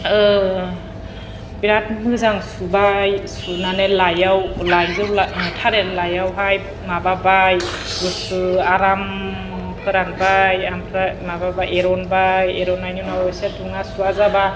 ओह बिराथ मोजां सुबाय सुनानै लाइयाव लायजौ थालिर लाइयावहाय माबाबाय गुसु आराम फोरानबाय आमफ्राय माबाबाय एरनबाय एरनायनि उनाव एसे दुङा सुवा जाबा